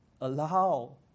allow